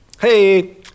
hey